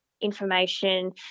information